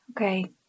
okay